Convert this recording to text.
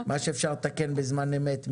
מה שאפשר לתקן בזמן אמת,